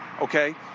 Okay